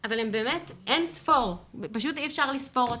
אבל באמת אי אפשר כבר לספור אותן.